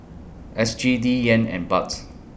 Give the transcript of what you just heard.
S G D Yen and Baht's